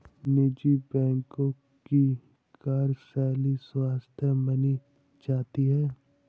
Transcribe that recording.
निजी बैंकों की कार्यशैली स्वस्थ मानी जाती है